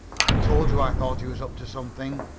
i told you i thought he was up to something,